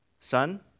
Son